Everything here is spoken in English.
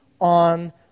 on